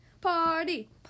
Party